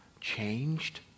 changed